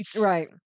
right